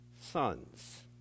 sons